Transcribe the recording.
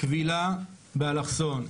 כבילה באלכסון,